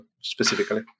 specifically